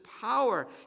power